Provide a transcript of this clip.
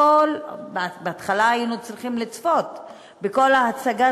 בהתחלה היינו צריכים לצפות בכל ההצגה